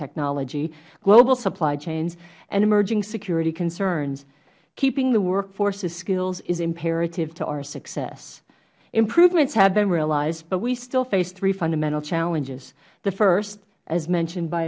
technology global supply chains and emerging security concerns keeping the workforces skills is imperative to our success improvements have been realized but we still face three fundamental challenges the first as mentioned by